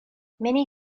many